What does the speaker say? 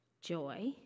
joy